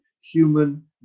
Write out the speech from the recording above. human